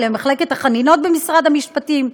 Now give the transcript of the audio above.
למחלקת החנינות במשרד המשפטים,